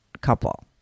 couple